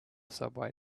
subway